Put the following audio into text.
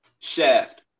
Shaft